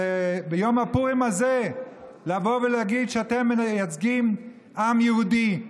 ביום הפורים הזה לבוא ולהגיד שאתם מייצגים עם יהודי,